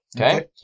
Okay